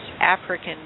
African